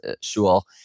shul